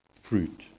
fruit